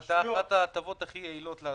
זו הייתה אחת ההטבות הכי יעילות.